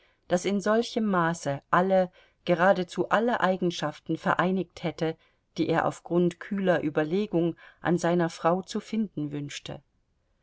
das in solchem maße alle geradezu alle eigenschaften vereinigt hätte die er auf grund kühler überlegung an seiner frau zu finden wünschte